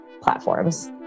platforms